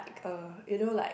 like uh you know like